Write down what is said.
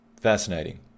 fascinating